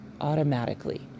automatically